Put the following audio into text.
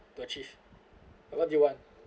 to achieve and what do you want